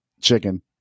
chicken